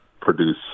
produce